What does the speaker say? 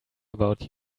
about